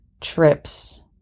trips